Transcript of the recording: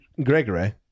Gregory